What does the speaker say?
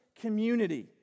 community